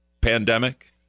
pandemic